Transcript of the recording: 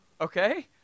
okay